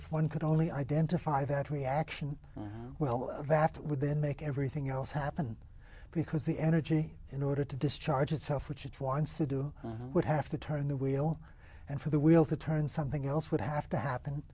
if one could only identify that reaction well that would then make everything else happen because the energy in order to discharge itself which it wants to do would have to turn the wheel and for the wheels to turn something else would have to happen